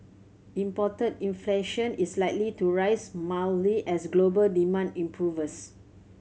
imported inflation is likely to rise mildly as global demand improves